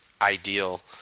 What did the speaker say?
ideal